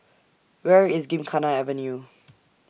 Where IS Gymkhana Avenue